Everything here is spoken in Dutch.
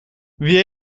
wie